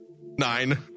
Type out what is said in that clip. Nine